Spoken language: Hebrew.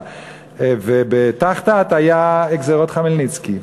ובת"ח-ת"ט היו גזירות חמלניצקי.